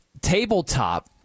tabletop